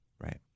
right